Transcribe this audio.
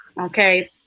okay